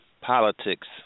politics